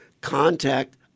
contact